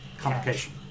complication